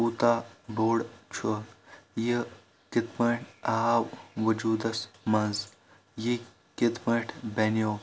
کوٗتاہ بوٚڑ چھ یہِ کتھ پٲٹھۍ آو وُجودس منز یہِ کتھ پٲٹھۍ بنیو